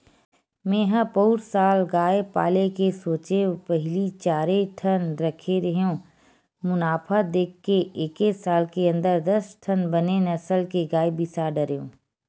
मेंहा पउर साल गाय पाले के सोचेंव पहिली चारे ठन रखे रेहेंव मुनाफा देख के एके साल के अंदर दस ठन बने नसल के गाय बिसा डरेंव